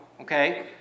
okay